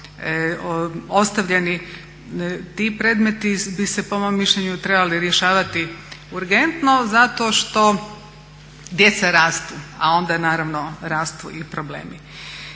ostavljeni. Ti predmeti bi se po mom mišljenju trebali rješavati urgentno zato što djeca rastu, a onda naravno rastu i problemi.